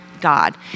God